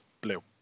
Blue